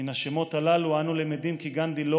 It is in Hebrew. מן השמות הללו אנו למדים כי גנדי לא